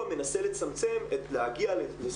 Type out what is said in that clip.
קצת מהדיון גם מדבר על איך אולי נצליח